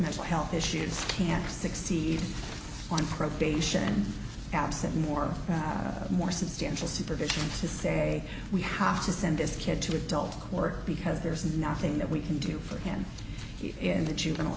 mental health issues can't succeed on probation absent more more substantial supervision to say we have to send this kid to adult work because there's nothing that we can do for him in the juvenile